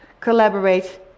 collaborate